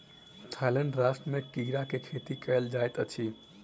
Thailand राष्ट्र में कीड़ा के खेती कयल जाइत अछि